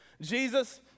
Jesus